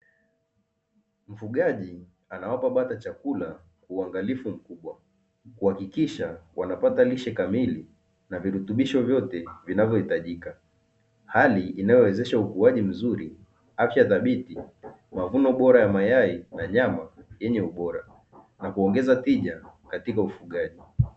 Mfugaji anawapa bata chakula kwa uangalifu mkubwa, kuhakikisha wanapata lishe kamili na virutubisho vyote vinavyohitajika. Hali inayowezesha ukuaji mzuri, afya thabiti, mavuno bora ya mayai yenye ubora, na kuongeza tija katika ufugaji.